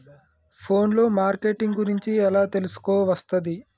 Phone లో marketing గురించి ఎలా తెలుసుకోవస్తది?